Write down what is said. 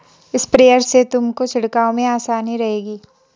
sprayer से तुमको छिड़काव में आसानी रहेगी